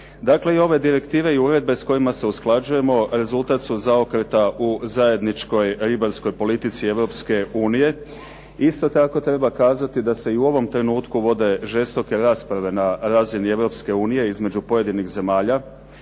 Dakle, i ove direktive i uredbe s kojima se usklađujemo rezultat su zaokreta u zajedničkoj ribarskoj politici Europske unije. Isto tako treba kazati da se i u ovom trenutku vode žestoke rasprave na razini Europske unije između pojedinih zemalja.